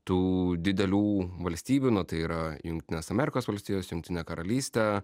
tų didelių valstybių na tai yra jungtinės amerikos valstijos jungtinė karalystė